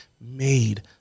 made